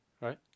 right